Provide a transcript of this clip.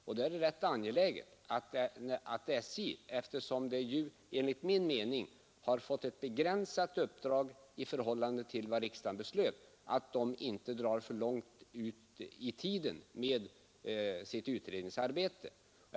Och då är det rätt angeläget att SJ, eftersom SJ enligt min mening har fått ett begränsat uppdrag i förhållande till vad riksdagen beslöt, inte drar för långt ut på tiden med sitt utredningsarbete.